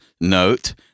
note